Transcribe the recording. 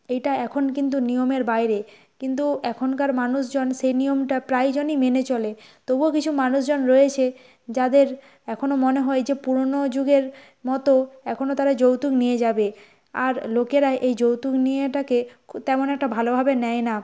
এইটা এখন কিন্তু নিয়মের বাইরে কিন্তু এখনকার মানুষজন সে নিয়মটা প্রায়জনই মেনে চলে তবুও কিছু মানুষজন রয়েছে যাদের এখনও মনে হয় যে পুরনো যুগের মতো এখনও তারা যৌতুক নিয়ে যাবে আর লোকেরা এই যৌতুক নেওয়াটাকে তেমন একটা ভালোভাবে নেয় না